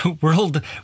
World